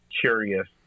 curious